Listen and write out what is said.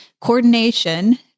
coordination